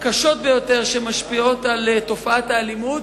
הקשות ביותר, שמשפיעות ביותר על תופעת האלימות,